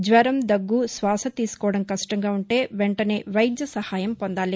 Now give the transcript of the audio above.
జ్వరం దగ్గ శ్వాస తీసుకోవడం కష్టంగా ఉంటే వెంటనే వైద్య సహాయం పొందాలి